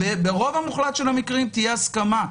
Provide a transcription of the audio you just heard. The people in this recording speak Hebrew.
ברוב המוחלט של הדברים תהיה הסכמה,